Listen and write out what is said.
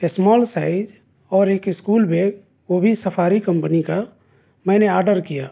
small size اور ایک school bag وہ بھی سفاری کمپنی کا میں نے آرڈر کیا